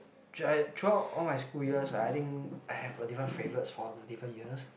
throughout all my school years I think I have different favourites for different years